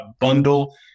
bundle